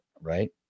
right